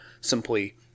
simply